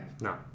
No